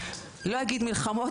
לא אגיד מלחמות,